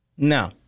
No